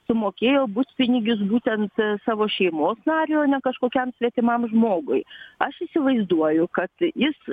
sumokėjo butpinigius būtent savo šeimos nariui o ne kažkokiam svetimam žmogui aš įsivaizduoju kad jis